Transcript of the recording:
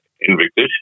Invictus